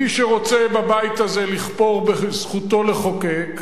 מי שרוצה בבית הזה לכפור בזכותו לחוקק,